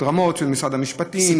רמו"ט של משרד המשפטים,